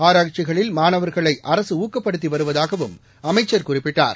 ஆராய்ச்சிகளில் மாணவர்களைஅரசுணக்கப்படுத்திவருவதாகவும் அமைச்சர் குறிப்பிட்டார்